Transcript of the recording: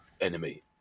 enemy